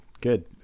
good